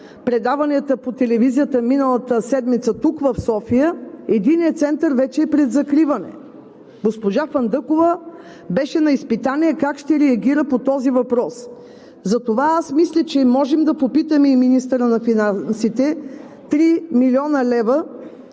предаванията по телевизията миналата седмица, тук, в София – единият център вече е пред закриване. Госпожа Фандъкова беше на изпитание как ще реагира по този въпрос. Затова мисля, че можем да попитаме и министъра на финансите за 3 млн. лв.